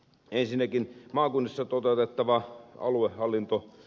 ensinnäkin maakunnissa toteutettava aluehallinto